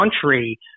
country